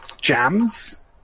jams